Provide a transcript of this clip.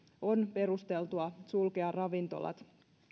on perusteltua sulkea ravintolat